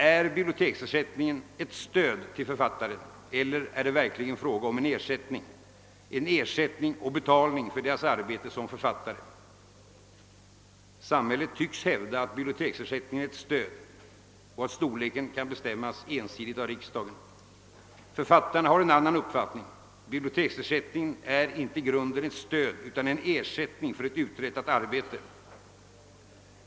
är biblioteksersättningen ett »stöd» till författarna eller är det verkligen fråga om en »ersättning» — en ersättning och betalning för deras arbete som författare? Samhället tycks hävda att biblioteksersättningen är ett »stöd» och att storleken kan ensidigt bestämmas av riksdagen. Författarna har en annan uppfattning. Biblioteksersättningen är i grunden inte ett »stöd» utan en »ersättning» för ett uträttat arbete.